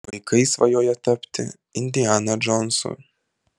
vaikai svajoja tapti indiana džonsu